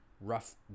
Rough